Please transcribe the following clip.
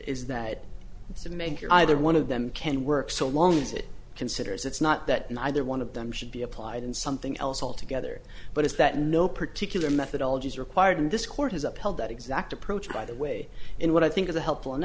is that to make your either one of them can work so long as it considers it's not that neither one of them should be applied in something else altogether but it's that no particular methodology is required and this court has upheld that exact approach by the way in what i think is a helpful an